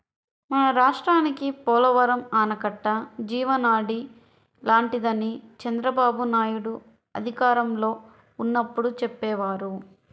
మన రాష్ట్రానికి పోలవరం ఆనకట్ట జీవనాడి లాంటిదని చంద్రబాబునాయుడు అధికారంలో ఉన్నప్పుడు చెప్పేవారు